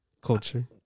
culture